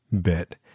bit